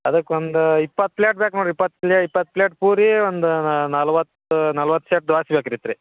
ಅದಕ್ಕೆ ಒಂದು ಇಪ್ಪತ್ತು ಪ್ಲೇಟ್ ಬೇಕು ನೋಡಿರಿ ಇಪ್ಪತ್ತು ಪ್ಲೇ ಇಪ್ಪತ್ತು ಪ್ಲೇಟ್ ಪೂರಿ ಒಂದು ನಲ್ವತ್ತು ನಲ್ವತ್ತು ಶೆಟ್ ದ್ವಾಸ್ ಬೇಕಿತ್ ರೀ